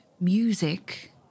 Music